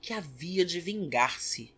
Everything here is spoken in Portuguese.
que havia de vingar-se